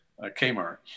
Kmart